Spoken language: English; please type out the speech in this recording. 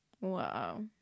Wow